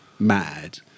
mad